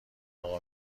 اقا